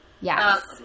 Yes